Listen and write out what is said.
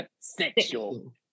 Sexual